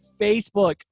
Facebook